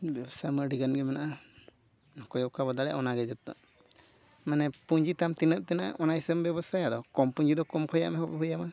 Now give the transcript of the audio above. ᱵᱮᱵᱽᱥᱟ ᱢᱟ ᱟᱹᱰᱤ ᱜᱟᱱ ᱜᱮ ᱢᱮᱱᱟᱜᱼᱟ ᱚᱠᱚᱭ ᱚᱠᱟ ᱵᱚᱱ ᱫᱟᱲᱮᱭᱟᱜᱼᱟ ᱚᱱᱟ ᱜᱮ ᱡᱚᱛᱚ ᱢᱟᱱᱮ ᱯᱩᱸᱡᱤᱛᱟᱢ ᱛᱤᱱᱟᱹᱜ ᱛᱤᱱᱟᱹᱜ ᱚᱱᱟ ᱜᱮᱥᱮᱢ ᱵᱮᱵᱚᱥᱟᱭᱟ ᱟᱫᱚ ᱠᱚᱢ ᱯᱩᱸᱡᱤ ᱫᱚ ᱠᱚᱢ ᱠᱷᱚᱱᱟᱜ ᱮᱦᱚᱵ ᱦᱩᱭ ᱟᱢᱟ